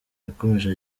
yakomeje